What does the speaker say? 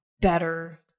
better